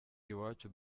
iwacu